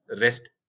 rest